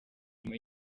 nyuma